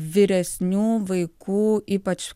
vyresnių vaikų ypač